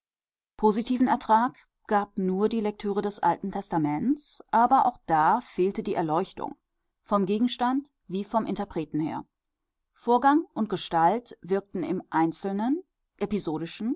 positiven ertrag gab nur die lektüre des alten testaments aber auch da fehlte die erleuchtung vom gegenstand wie vom interpreten her vorgang und gestalt wirkten im einzelnen